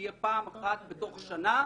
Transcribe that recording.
שיהיה פעם אחת בתוך שנה,